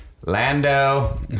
Lando